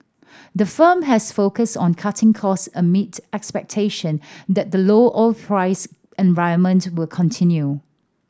the firm has focused on cutting costs amid expectation that the low oil price environment will continue